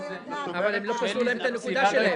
אבל לא פסלו להם את הנקודה שלהם.